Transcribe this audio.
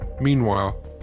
Meanwhile